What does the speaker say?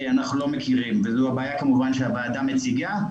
אנחנו לא מכירים וזו הבעיה כמובן שהוועדה מציגה.